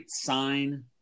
Sign